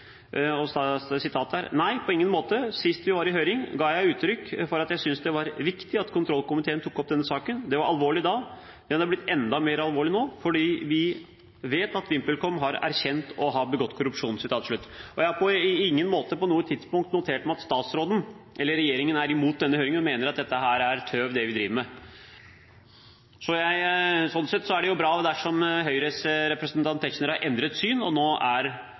på ingen måte. Sist vi var i høring, ga jeg uttrykk for at jeg syntes det var viktig at kontrollkomiteen tok opp denne saken. Den var alvorlig da, den er blitt enda mer alvorlig nå, fordi vi vet at VimpelCom har erkjent å ha begått korrupsjon.» Jeg har på ingen måte på noe tidspunkt notert meg at statsråden eller regjeringen er mot denne høringen og mener at det er tøv, det vi her driver med. Sånn sett er det bra dersom Høyres representant Tetzschner har endret syn og nå er